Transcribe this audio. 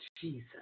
Jesus